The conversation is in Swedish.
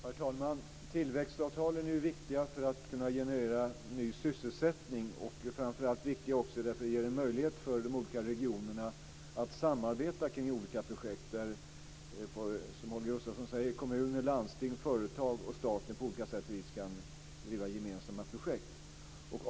Herr talman! Tillväxtavtalen är viktiga för att kunna generera ny sysselsättning och framför allt för att de ger en möjlighet för de olika regionerna att samarbeta kring olika projekt. Som Holger Gustafsson säger kan kommuner, landsting, företag och staten på olika sätt bedriva gemensamma projekt.